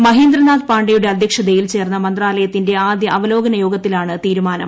മഹേന്ദ്രനാഥ് പാണ്ഡേയുടെ അധ്യക്ഷതയിൽ ചേർന്ന മന്ത്രാലയത്തിന്റെ ആദ്യ അവലോകന യോഗത്തിലാണ് തീരുമാനം